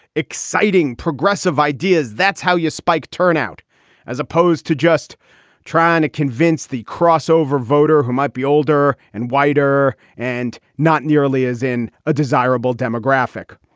exciting progressive ideas. that's how you spike turnout as opposed to just trying to convince the crossover voter who might be older and whiter and not nearly as in a desirable demographic.